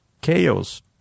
Chaos